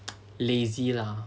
lazy lah